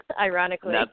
ironically